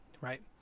right